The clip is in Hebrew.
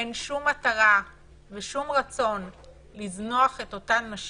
אין שום מטרה ושום רצון לזנוח את אותן נשים,